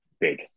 Big